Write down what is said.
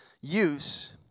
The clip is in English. use